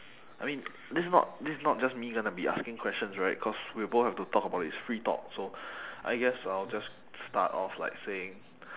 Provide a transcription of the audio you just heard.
I mean this is not this is not just me gonna be asking questions right cause we both have to talk about it it's free talk so I guess I'll just start off like saying